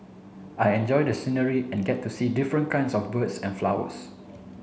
I enjoy the scenery and get to see different kinds of birds and flowers